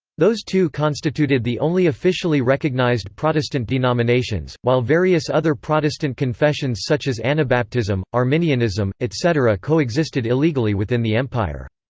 those two constituted the only officially recognized protestant denominations, while various other protestant confessions such as anabaptism, arminianism, etc. coexisted illegally within the empire.